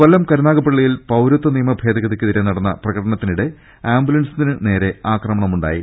കൊല്ലം കരുനാഗപ്പള്ളിയിൽ പൌരത്വ നിയമ ഭേദഗതിക്കെതിരെ നടന്ന പ്രകടനത്തി നിടെ ആംബുലൻസിന് നേരെ അക്രമമുണ്ടായി